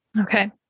Okay